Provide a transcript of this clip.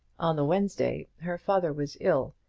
on the wednesday her father was ill,